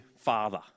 father